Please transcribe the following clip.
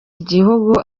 igihugu